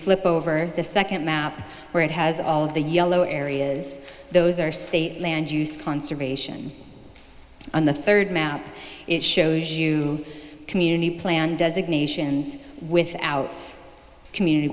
flip over the second map where it has all of the yellow areas those are state land use conservation on the third map it shows you community plan designations without community